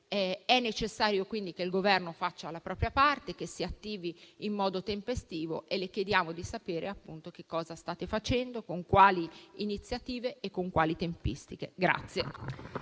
È necessario quindi che il Governo faccia la propria parte e si attivi in modo tempestivo. Le chiediamo, quindi, di sapere che cosa state facendo, con quali iniziative e con quali tempistiche.